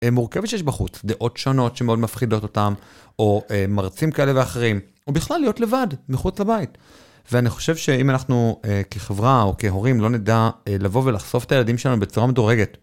מורכבת שיש בחוץ, דעות שונות שמאוד מפחידות אותם, או מרצים כאלה ואחרים, או בכלל להיות לבד, מחוץ לבית. ואני חושב שאם אנחנו כחברה או כהורים לא נדע לבוא ולחשוף את הילדים שלנו בצורה מדורגת,